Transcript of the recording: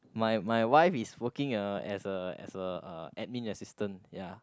my my wife is working uh as a as a uh admin assistant ya